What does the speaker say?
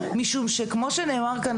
משום שכמו שנאמר כאן,